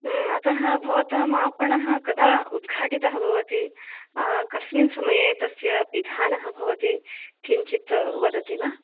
अतः भवताम् आपणः कदा उद्घाटितः भवति कस्मिन् समये तस्य पिधानः भवति किञ्चित् वदति वा